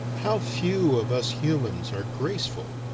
how few of us humans are graceful.